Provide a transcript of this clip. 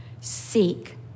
Seek